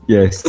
Yes